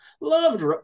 loved